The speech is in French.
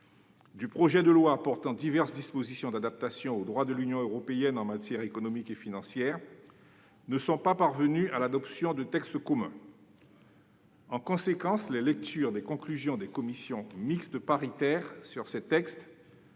du projet de loi portant diverses dispositions d'adaptation au droit de l'Union européenne en matière économique et financière, ne sont pas parvenues à l'adoption de textes communs. En conséquence, les lectures des conclusions des commissions mixtes paritaires sur ces textes,